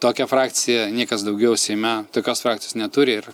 tokia frakcija niekas daugiau seime tokios frakcijos neturi ir